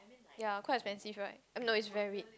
ya quite expensive right I mean no is varied